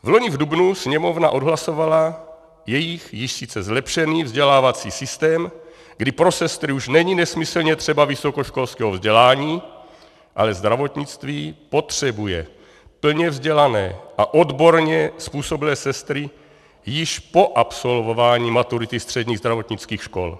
Vloni v dubnu Sněmovna odhlasovala jejich již sice zlepšený vzdělávací systém, kdy pro sestry už není nesmyslně třeba vysokoškolského vzdělání, ale zdravotnictví potřebuje plně vzdělané a odborné způsobilé sestry již po absolvování maturity středních zdravotnických škol.